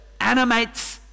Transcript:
animates